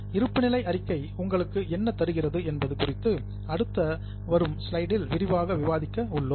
இருப்புநிலை அறிக்கை உங்களுக்கு என்ன தருகிறது என்பது குறித்து அடுத்து வரும் ஸ்லைடில் விரிவாக விவாதிக்க உள்ளோம்